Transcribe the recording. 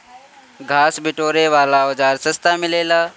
घास बिटोरे वाला औज़ार सस्ता मिलेला